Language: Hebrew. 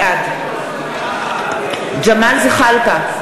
בעד ג'מאל זחאלקה,